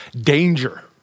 Danger